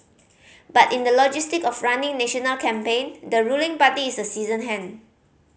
but in the logistic of running national campaign the ruling party is a seasoned hand